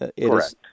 Correct